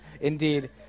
Indeed